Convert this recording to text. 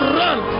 run